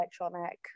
electronic